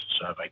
survey